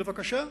בבקשה.